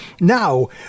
Now